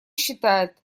считает